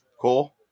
Cool